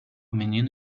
menino